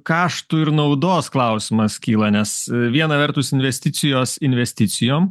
kaštų ir naudos klausimas kyla nes viena vertus investicijos investicijom